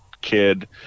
kid